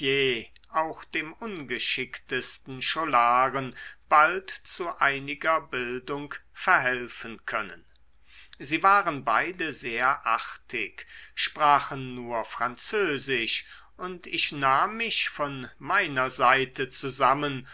auch dem ungeschicktesten scholaren bald zu einiger bildung verhelfen können sie waren beide sehr artig sprachen nur französisch und ich nahm mich von meiner seite zusammen